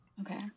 Okay